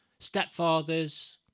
stepfathers